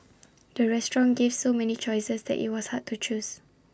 the restaurant gave so many choices that IT was hard to choose